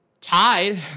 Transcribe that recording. tied